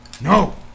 No